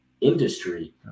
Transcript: industry